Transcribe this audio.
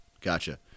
Gotcha